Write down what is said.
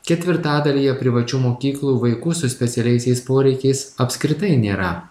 ketvirtadalyje privačių mokyklų vaikų su specialiaisiais poreikiais apskritai nėra